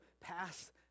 pass